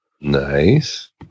Nice